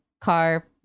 car